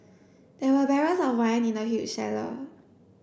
there were barrels of wine in the huge cellar